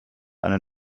eine